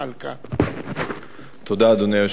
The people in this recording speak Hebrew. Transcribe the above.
אדוני היושב-ראש,